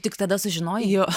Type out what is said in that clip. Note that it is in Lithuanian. tik tada sužinojai